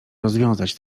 rozwiązać